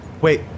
Wait